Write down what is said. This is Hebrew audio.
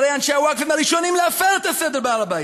שהרי אנשי הווקף הם הראשונים להפר את הסדר בהר-הבית.